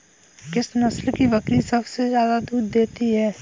किस नस्ल की बकरी सबसे ज्यादा दूध देती है?